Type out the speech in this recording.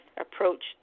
approach